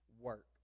work